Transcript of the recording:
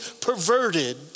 perverted